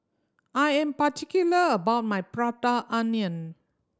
I am particular about my Prata Onion